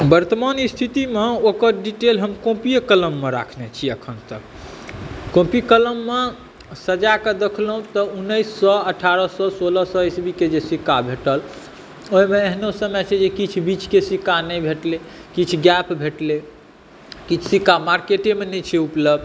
वर्तमान स्थितिमे ओकर डिटेल हम काॅपिए कलममे राखने छी अखन तक कॉपी कलममे सजाके देखलहुँ तऽ उन्नैस सए अठारह सए सोलह सए ईसवींके जे सिक्का भेटल तऽ ओहिमे एहनो समय छै जे किछु बीचके सिक्का नहि भेटलै किछु गैप भेटलै किछु सिक्का मार्केटेंमे नहि छै उपलब्ध